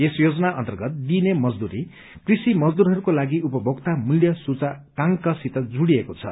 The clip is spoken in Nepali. यस योजना अन्तर्गत दिइने मजदूरी कृषि मजदूरहरूको लाग उपभोक्ता मूल्य सूचकांकसित जोड़िएको छ